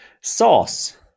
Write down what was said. Sauce